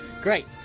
Great